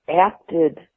acted